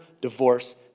divorce